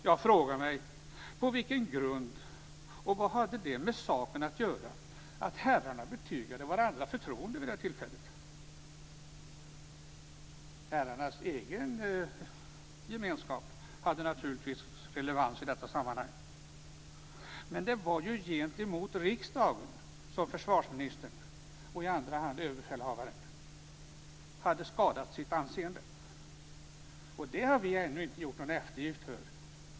Jag frågar mig: På vilken grund, och vad hade det med saken att göra att herrarna betygade varandra förtroende vid det tillfället? Herrarnas egen gemenskap hade naturligtvis relevans i detta sammanhang. Men det var gentemot riksdagen som försvarsministern och i andra hand ÖB hade skadat sitt anseende. Det har vi ännu inte gjort någon eftergift för.